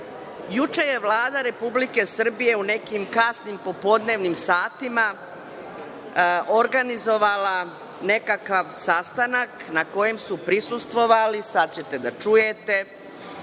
je Vlada Republike Srbije u nekim kasnim popodnevnim satima organizovala nekakav sastanak na kojem su prisustvovali, sad ćete da čujete,